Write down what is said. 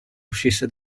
uscisse